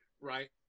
right